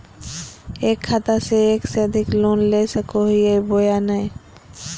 एक खाता से एक से अधिक लोन ले सको हियय बोया नय?